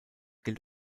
gilt